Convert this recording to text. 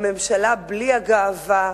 בממשלה בלי הגאווה,